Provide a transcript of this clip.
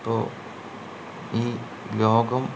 ഇപ്പോൾ ഈ ലോകം